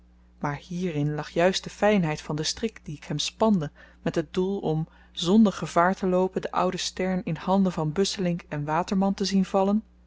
maar hierin lag juist de fynheid van den strik dien ik hem spande met het doel om zonder gevaar te loopen den ouden stern in handen van busselinck waterman te zien vallen